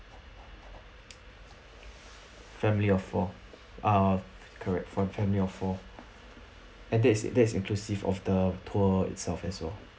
family of four ah correct for family of four and that's that is inclusive of the tour itself as well